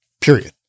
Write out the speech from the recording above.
Period